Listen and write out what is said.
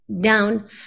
down